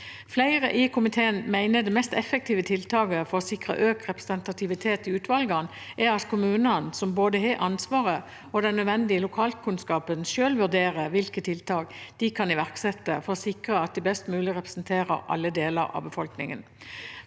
Flertallet i komiteen mener det mest effektive tiltaket for å sikre økt representativitet i utvalgene er at kommunene, som både har ansvaret og den nødvendige lokalkunnskapen, selv vurderer hvilke tiltak de kan iverksette for å sikre at de best mulig representerer alle deler av befolkningen.